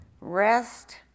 rest